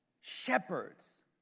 shepherds